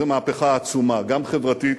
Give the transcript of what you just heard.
זאת מהפכה עצומה גם חברתית,